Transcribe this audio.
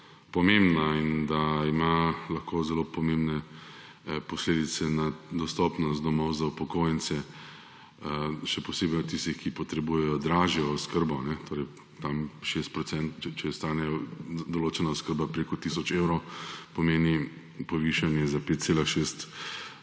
pomembna in da ima lahko zelo pomembne posledice na dostopnost domov za upokojence, še posebej tistih, ki potrebujejo dražjo oskrbo, torej tam, če stane določena oskrba preko tisoč evrov, pomeni povišanje za 5,6